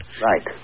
Right